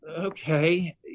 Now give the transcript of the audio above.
okay